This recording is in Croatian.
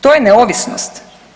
To je neovisnost?